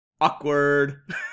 awkward